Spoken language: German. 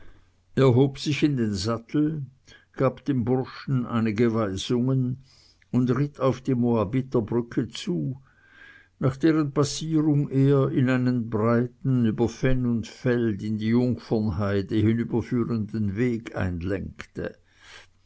hob sich in den sattel gab dem burschen einige weisungen und ritt auf die moabiter brücke zu nach deren passierung er in einen breiten über fenn und feld in die jungfernheide hinüberführenden weg